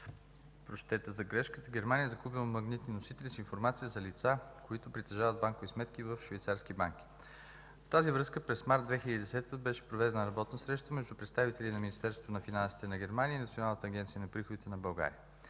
на Федерална република Германия е закупило магнитни носители с информация за лица, които притежават банкови сметки в швейцарски банки. В тази връзка през месец март 2010 г. беше проведена работна среща между представители на Министерството на финансите на Германия и Националната агенция за приходите на България.